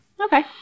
Okay